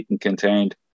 contained